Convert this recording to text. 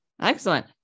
excellent